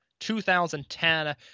2010